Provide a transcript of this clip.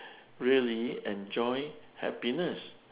really enjoy happiness